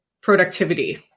productivity